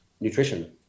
nutrition